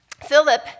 Philip